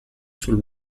sul